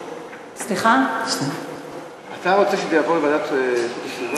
אתה רוצה שזה יעבור לוועדה לאיכות הסביבה?